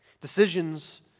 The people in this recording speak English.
Decisions